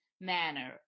manner